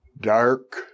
Dark